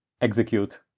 execute